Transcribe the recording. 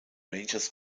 rangers